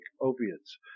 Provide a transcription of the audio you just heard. opiates